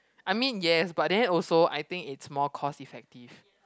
I mean yes but then also I think is more cost effective